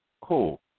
Cool